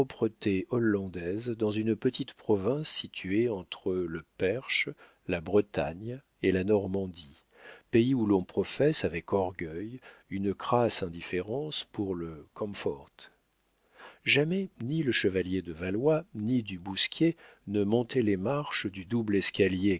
hollandaise dans une petite province située entre le perche la bretagne et la normandie pays où l'on professe avec orgueil une crasse indifférence pour le comfort jamais ni le chevalier de valois ni du bousquier ne montaient les marches du double escalier